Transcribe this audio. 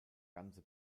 ganze